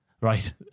Right